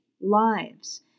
lives